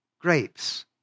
grapes